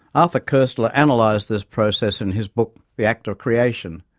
arthur koestler analysed this process in his book the act of creation.